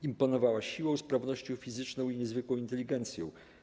Imponowała siłą, sprawnością fizyczną i niezwykłą inteligencją.